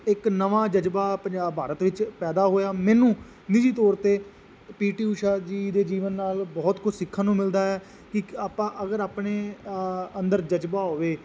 ਇੱਕ ਨਵਾਂ ਜਜ਼ਬਾ ਪੰਜਾਬ ਭਾਰਤ ਵਿੱਚ ਪੈਦਾ ਹੋਇਆ ਮੈਨੂੰ ਨਿੱਜੀ ਤੌਰ 'ਤੇ ਪੀ ਟੀ ਊਸ਼ਾ ਜੀ ਦੇ ਜੀਵਨ ਨਾਲ ਬਹੁਤ ਕੁਛ ਸਿੱਖਣ ਨੂੰ ਮਿਲਦਾ ਹੈ ਕਿ ਆਪਾਂ ਅਗਰ ਆਪਣੇ ਅੰਦਰ ਜਜ਼ਬਾ ਹੋਵੇ